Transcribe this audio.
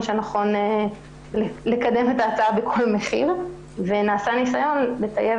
שנכון לקדם את ההצעה בכל מחיר ונעשה ניסיון לטייב